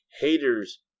haters